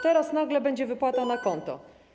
Teraz nagle będzie wypłata na konto.